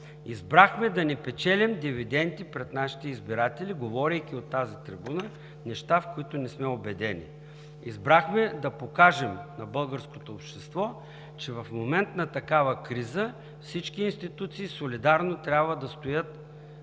избрахме да не печелим дивиденти пред нашите избиратели, говорейки от тази трибуна неща, в които не сме убедени. Избрахме да покажем на българското общество, че в момент на такава криза всички институции солидарно трябва да стоят, без да се